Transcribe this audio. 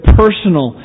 personal